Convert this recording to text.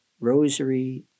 rosary